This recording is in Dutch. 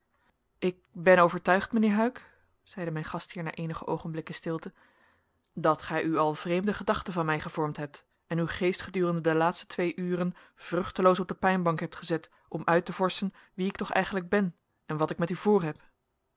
ik ben overtuigd mijnheer huyck zeide mijn gastheer na eenige oogenblikken stilte dat gij u al vreemde gedachten van mij gevormd hebt en uw geest gedurende de laatste twee uren vruchteloos op de pijnbank hebt gezet om uit te vorschen wie ik toch eigenlijk ben en wat ik met u voorheb